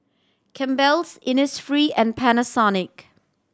Campbell's Innisfree and Panasonic